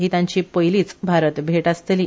ही तांची पयली बारत भेट आसतली